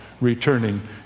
returning